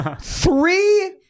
three